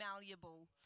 malleable